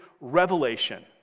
revelation